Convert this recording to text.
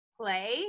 play